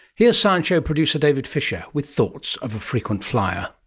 here's science show producer david fisher with thoughts of a frequent flyer.